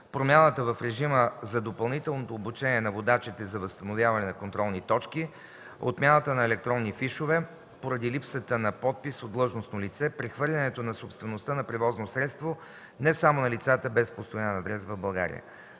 промяната в режима за допълнителното обучение на водачите за възстановяване на контролни точки; отмяната на електронни фишове, поради липсата на подпис от длъжностно лице; прехвърлянето на собствеността на превозно средство не само на лицата без постоянен адрес в България